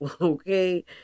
okay